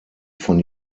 von